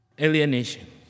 Alienation